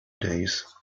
days